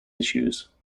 issues